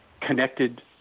connected